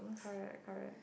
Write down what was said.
correct correct